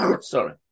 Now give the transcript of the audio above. Sorry